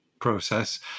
process